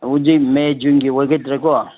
ꯍꯧꯖꯤꯛ ꯃꯦ ꯖꯨꯟꯒꯤ ꯑꯣꯏꯒꯗ꯭ꯔꯦ ꯀꯣ